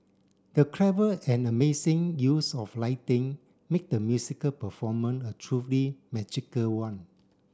the clever and amazing use of lighting made the musical performance a truly magical one